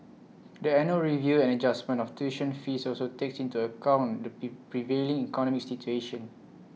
the annual review and adjustment of tuition fees also takes into account the prevailing economic situation